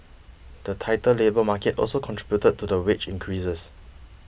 the tighter labour market also contributed to the wage increases